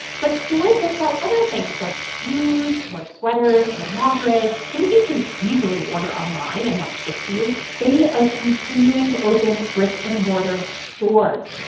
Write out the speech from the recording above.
but stores that sell other things, like shoes or sweaters or lingerie things you can easily order online and have shipped to you they are continuing to open brick-and-mortar stores.